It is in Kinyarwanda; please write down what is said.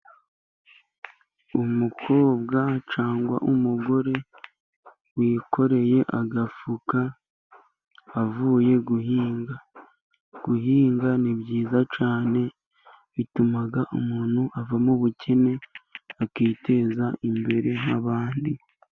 Umukobwa cyangwa umugore wikoreye agafuka avuye guhinga. Guhinga ni byiza cyane bituma umuntu ava mu bukene akiteza imbere nk'abandi.